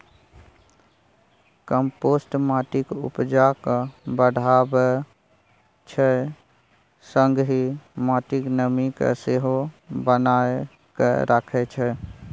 compost माटिक उपजा केँ बढ़ाबै छै संगहि माटिक नमी केँ सेहो बनाए कए राखै छै